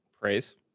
praise